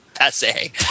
essay